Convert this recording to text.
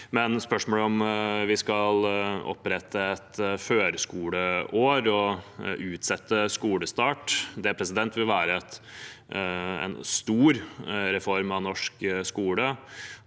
til spørsmålet om vi skal opprette et førskoleår og utsette skolestart, så vil det være en stor reform av norsk skole,